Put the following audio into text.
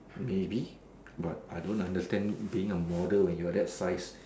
maybe but I don't understand being a model when you're that size